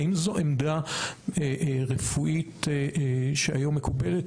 האם זו עמדה רפואית שהיום מקובלת?